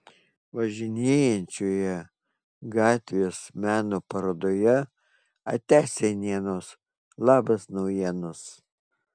važinėjančioje gatvės meno parodoje atia senienos labas naujienos